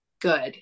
good